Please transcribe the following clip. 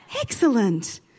Excellent